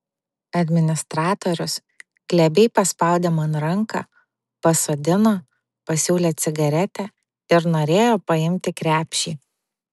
administratorius glebiai paspaudė man ranką pasodino pasiūlė cigaretę ir norėjo paimti krepšį